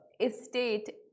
estate